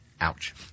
Ouch